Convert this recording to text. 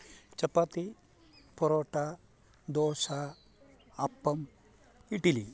ചപ്പാത്തി parotta dosa appam idli